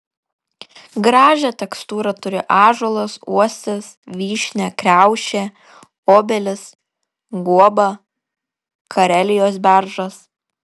gražią tekstūrą turi ąžuolas uosis vyšnia kriaušė obelis guoba karelijos beržas